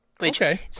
Okay